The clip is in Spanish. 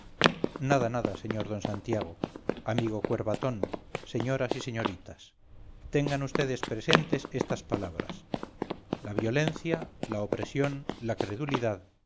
nada nada sr d santiago amigo cuervatón señoras y señoritas tengan vds presentes estas palabras la violencia la opresión la credulidad